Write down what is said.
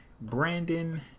Brandon